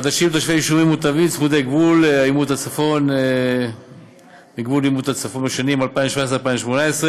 חדשים לתושבי יישובים מוטבים צמודי גבול עימות בצפון לשנים 2017 ו-2018.